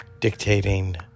dictating